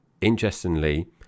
interestingly